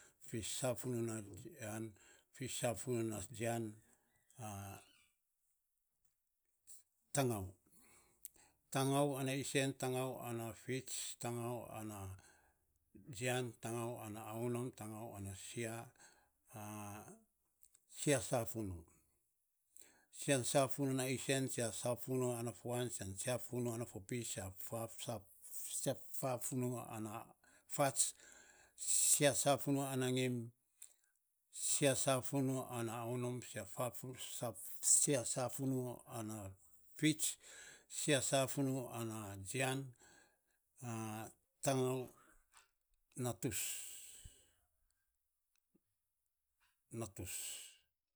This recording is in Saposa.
fis savunu ana jian. Tangu isen, tangu fuan, tangu fits, tangu jian, tangu anafits sia safunu, sen safunu ana isen sen safuna ana fuan, safuna ana fopis, safunu ana fats, safuna ana ngim, sia safunu ana jian sia safunu ana fits